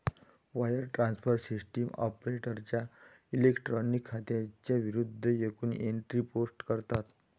wire transfer system ऑपरेटरच्या electronic खात्यांच्या विरूद्ध एकूण एंट्री पोस्ट करतात